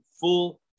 full